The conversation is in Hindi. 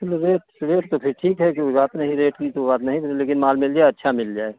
चलो रेट रेट तो फिर ठीक है कोई बात नहीं रेट की तो बात नहीं लेकिन माल मिल जाए अच्छा मिल जाए